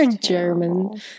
german